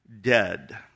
dead